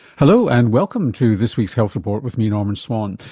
hello, and welcome to this week's health report with me norman swan.